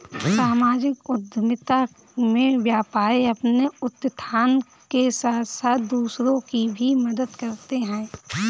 सामाजिक उद्यमिता में व्यापारी अपने उत्थान के साथ साथ दूसरों की भी मदद करते हैं